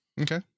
Okay